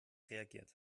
reagiert